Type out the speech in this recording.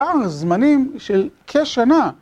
זמנים של כשנה